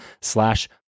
slash